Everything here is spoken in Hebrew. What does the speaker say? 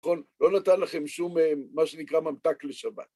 נכון? לא נתן לכם שום, מה שנקרא, ממתק לשבת.